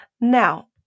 Now